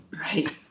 Right